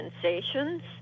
sensations